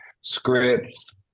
scripts